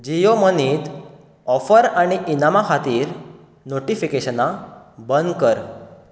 जियो मनींत ऑफर आनी इनामां खातीर नोटिफीकेशनां बंद कर